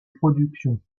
production